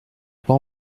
pas